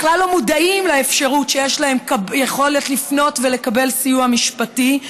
בכלל לא מודעים לאפשרות שיש להם יכולת לפנות ולקבל סיוע משפטי,